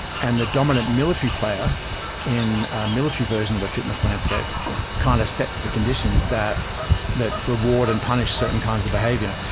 and the dominant military player in military version of a fitness landscape kind of sets the conditions that that reward and punish certain kinds of behavior.